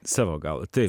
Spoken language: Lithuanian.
savo galva tai